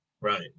right